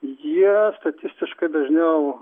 jie statistiškai dažniau